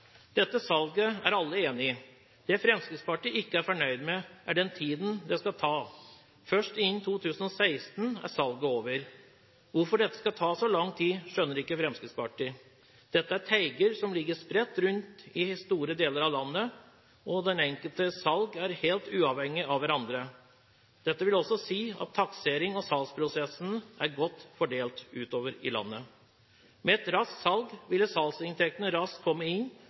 Dette salget er alle enig i. Det Fremskrittspartiet ikke er fornøyd med, er den tiden det skal ta. Først innen 2016 er salget over. Hvorfor dette skal ta så lang tid, skjønner ikke Fremskrittspartiet. Dette er teiger som ligger spredt rundt i store deler av landet, og de enkelte salg er helt uavhengig av hverandre. Dette vil også si at taksering og salgsprosessene er godt fordelt utover i landet. Med et raskt salg ville salgsinntektene raskt komme inn,